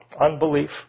unbelief